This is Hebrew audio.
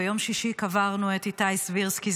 ביום שישי קברנו את איתי סבירסקי,